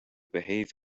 behave